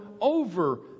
over